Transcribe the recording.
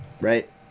right